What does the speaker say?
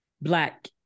black